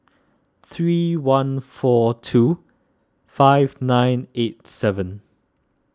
three one four two five nine eight seven